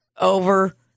Over